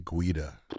Guida